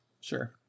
Sure